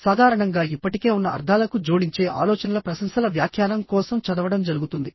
సాధారణంగా ఇప్పటికే ఉన్న అర్థాలకు జోడించే ఆలోచనల ప్రశంసల వ్యాఖ్యానం కోసం చదవడం జరుగుతుంది